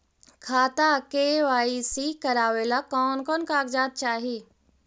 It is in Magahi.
खाता के के.वाई.सी करावेला कौन कौन कागजात चाही?